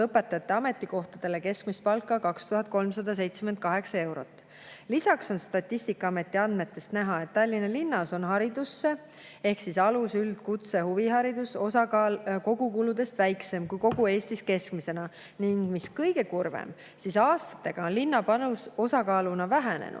õpetajate ametikohtadel keskmist palka 2378 eurot. Lisaks on Statistikaameti andmetest näha, et Tallinna linnas on hariduse ehk alus‑, üld‑, kutse‑ ja huvihariduse osakaal kogukuludes väiksem kui kogu Eestis keskmisena, ning mis kõige kurvem, aastatega on linna panus osakaaluna vähenenud.